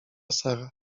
sara